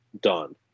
done